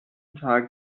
tag